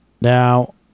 Now